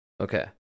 Okay